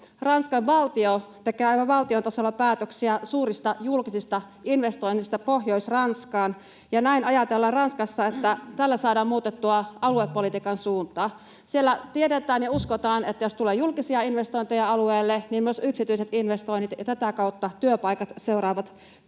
Ranskan valtio tekee aivan valtiotasolla päätöksiä suurista julkisista investoinneista Pohjois-Ranskaan, ja näin ajatellaan Ranskassa, että tällä saadaan muutettua aluepolitiikan suuntaa. Siellä tiedetään ja uskotaan, että jos tulee julkisia investointeja alueelle, niin myös yksityiset investoinnit ja tätä kautta työpaikat seuraavat perässä.